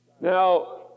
Now